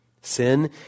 Sin